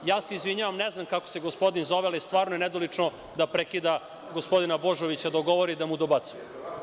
Izvinjavam se, ne znam kako se gospodin zove, ali stvarno je nedolično da prekida gospodina Božovića dok govori i da mu dobacuje.